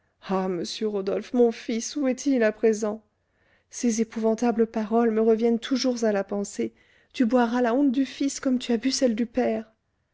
monsieur rodolphe mon fils où est-il à présent ces épouvantables paroles me reviennent toujours à la pensée tu boiras la honte du fils comme tu as bu celle du père